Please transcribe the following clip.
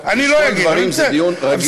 זה דיון רגיש.